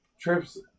trips